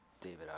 David